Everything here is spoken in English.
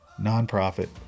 nonprofit